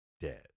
dead